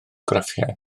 graffiau